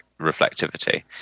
reflectivity